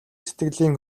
сэтгэлийн